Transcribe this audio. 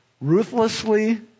Ruthlessly